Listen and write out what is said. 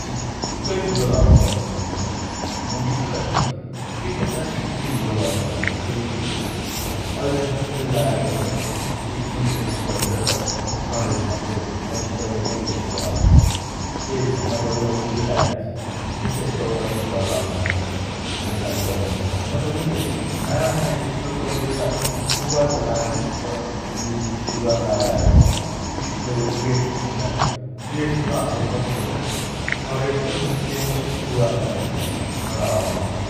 झिक्कै लुगा लाउन मन छ मुखी त । मुखी त झिक्कैभन्ना झिक्कै लुगा लाउन मन छ । केइकी झिक् अहिलेसम्म मुइले लाएको भन्या तेइ जिन्सको प्वाइन्ट र सरेट मात्रै हो । वाउँछी कहिलेकाहीँ भेस्ट लाउनो छु । तेइ भन्ना बढी अरु केइ लाया आच्छि । मुखी दाउरा सुरुवाल लाउन मन छ । नेपाली दाउरा सुरुवाल । हुना त मुइले नाना छना स्कुल पड्डे बेला सुरुवाल त लाए । तर, मुइले ती सुरुवाल लाया होइन की स्कुलको ड्रेस वाला । ड्रेसपन हाम्रो कसो छ्यो भने सरेट थ्यो । त्यो वाउँछि सुरुवाल बनाइदिने छे । नणा वाला सुरुवाल ।